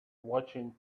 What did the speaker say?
watching